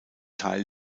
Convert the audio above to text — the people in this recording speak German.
teil